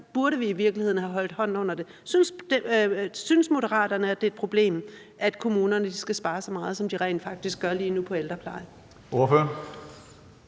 burde vi i virkeligheden have holdt hånden under dem? Synes Moderaterne, at det er et problem, at kommunerne skal spare så meget, som de rent faktisk gør lige nu på ældreplejen?